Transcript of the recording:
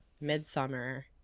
Midsummer